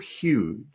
huge